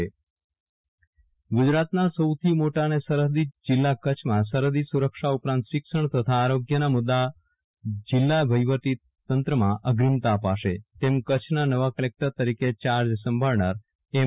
વિરલ રાણા જીલ્લા કલેકટર ગુજરાતના સૌથી મોટા અને સરહદી જીલ્લા કચ્છમાં સરહદ સુરક્ષા ઉપરાંત શિક્ષણ તથા આરોગ્યના મુદ્દા જીલ્લા વહીવટી તંત્રમાં અગ્રીમતા અપાશે તેમ કચ્છના નવા કલેકટર તરીકે ચાર્જ સંભાળનારા એમ